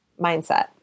Mindset